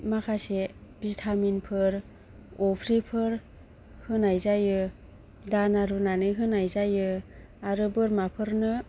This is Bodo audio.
माखासे भिटामिन फोर अफ्रिफोर होनाय जायो दाना रुनानै होनाय जायो आरो बोरमाफोरनो